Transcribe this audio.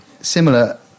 Similar